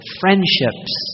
friendships